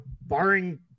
barring